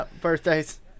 birthdays